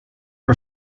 her